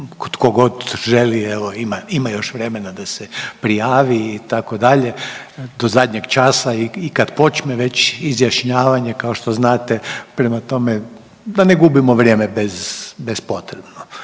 evo ima, ima još vremena da se prijavi itd. do zadnjeg časa i kad počne već izjašnjavanje kao što znate. Prema tome, da ne gubimo vrijeme bespotrebno.